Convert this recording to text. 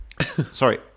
sorry